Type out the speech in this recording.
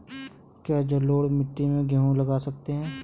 क्या जलोढ़ मिट्टी में गेहूँ लगा सकते हैं?